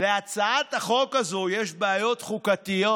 "להצעת החוק הזאת יש בעיות חוקתיות",